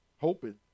Hoping